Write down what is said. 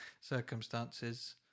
circumstances